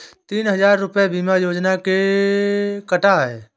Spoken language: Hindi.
तीन हजार रूपए बीमा योजना के कटा है